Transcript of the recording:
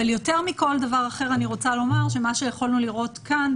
אבל יותר מכל דבר אחר אני רוצה לומר שמה שיכולנו לראות כאן,